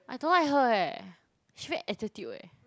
I don't like her eh she very attitude eh